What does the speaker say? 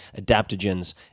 adaptogens